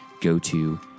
go-to